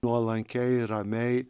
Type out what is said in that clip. nuolankiai ramiai